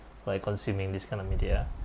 by consuming these kind of media